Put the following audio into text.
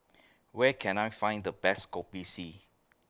Where Can I Find The Best Kopi C